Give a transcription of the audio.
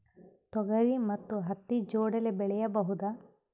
ತೊಗರಿ ಮತ್ತು ಹತ್ತಿ ಜೋಡಿಲೇ ಬೆಳೆಯಬಹುದಾ?